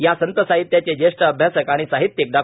या संत साहित्याचे ज्येष्ठ अभ्यासक आणि साहित्यिक डॉ